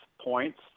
points